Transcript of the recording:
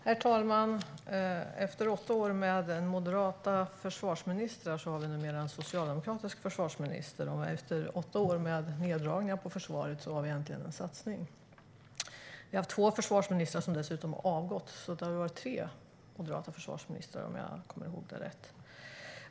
Herr talman! Efter åtta år med moderata försvarsministrar har vi numera en socialdemokratisk försvarsminister, och efter åtta år med neddragningar på försvaret har vi äntligen en satsning. Vi hade dessutom två försvarsministrar som avgick, så vi har haft tre moderata försvarsministrar om jag kommer ihåg det rätt.